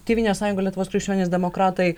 tėvynės sąjunga lietuvos krikščionys demokratai